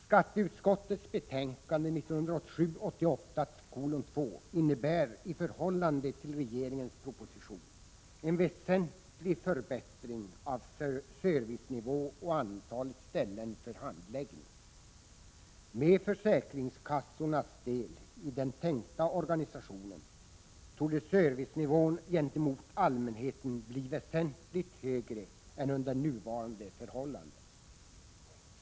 Skatteutskottets betänkande 1987/88:2 innebär i förhållande till regeringens proposition en väsentlig förbättring av servicenivån och antalet ställen för handläggning. Med försäkringskassornas del i den tänkta organisationen torde servicenivån gentemot allmänheten bli väsentligt högre än under nuvarande förhållanden.